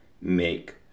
make